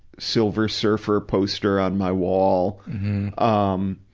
silver surfer poster on my wall um